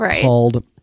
called